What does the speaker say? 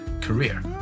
career